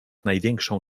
największą